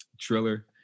Triller